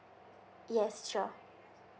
yes sure